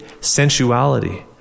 sensuality